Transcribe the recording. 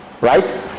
Right